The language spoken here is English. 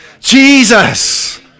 Jesus